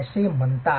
असे म्हणतात